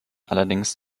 allerdings